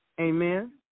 Amen